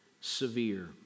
severe